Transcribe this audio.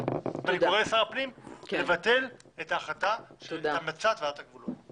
אני קורא לשר הפנים לבטל את המלצת ועדת הגבולות.